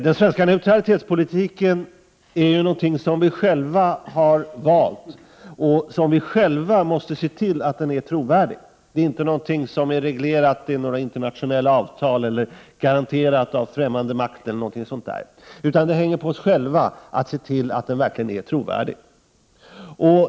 Den svenska neutralitetspolitiken är någonting som vi själva har valt och som vi själva måste se till blir trovärdig. Det är inte någonting som regleras i internationella avtal eller garanteras av främmande makter, utan det hänger på oss själva att se till att den är trovärdig.